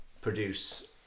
produce